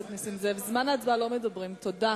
נתקבלה.